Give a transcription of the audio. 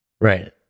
Right